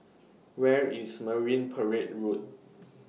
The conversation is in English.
Where IS Marine Parade Road